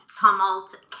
tumult